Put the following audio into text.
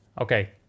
Okay